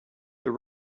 this